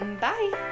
Bye